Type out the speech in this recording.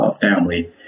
family